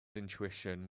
intuition